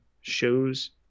shows